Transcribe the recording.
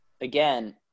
Again